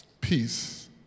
peace